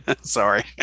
Sorry